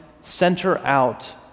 center-out